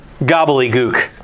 gobbledygook